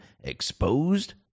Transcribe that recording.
Exposed